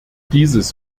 dieses